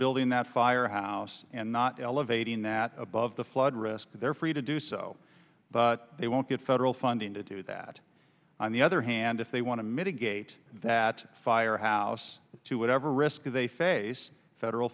building that firehouse and not elevating that above the flood risk but they're free to do so but they won't get federal funding to do that on the other hand if they want to mitigate that firehouse to whatever risk they face federal